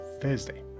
Thursday